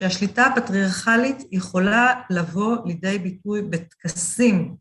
והשליטה הפטריארכלית יכולה לבוא לידי ביטוי בתקסים.